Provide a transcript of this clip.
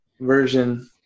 version